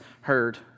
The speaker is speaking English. heard